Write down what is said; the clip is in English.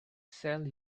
sell